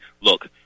look